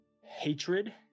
hatred